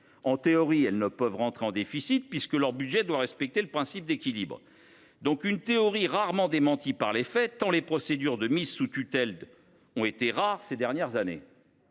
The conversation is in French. En théorie, elles ne peuvent enregistrer de déficit, puisque leur budget doit respecter le principe d’équilibre,… Exact !… théorie rarement démentie par les faits, tant les procédures de mise sous tutelle ont été rares ces dernières années.